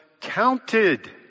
counted